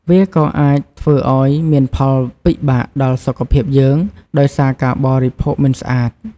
វាក៏អាចធ្វើឲ្យមានផលពិបាកដល់សុខភាពយើង ដោយសារការបរិភោគមិនស្អាត ។